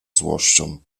złością